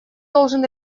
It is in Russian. должен